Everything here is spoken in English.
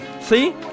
See